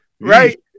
right